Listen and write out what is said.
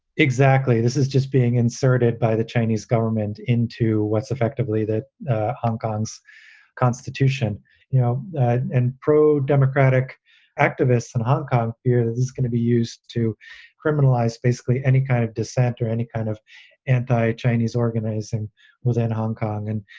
exactly. this is just being inserted by the chinese government into what's effectively that hong kong's constitution you know and pro democratic activists in and hong kong is going to be used to criminalize basically any kind of dissent or any kind of anti chinese organizing was in hong kong. and,